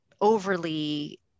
overly